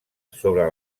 sobre